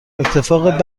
اتفاق